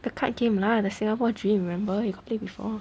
the card game lah the singapore dream remember you play before